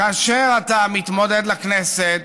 כאשר אתה מתמודד לכנסת